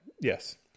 Yes